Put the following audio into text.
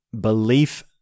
belief